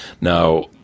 Now